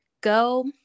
go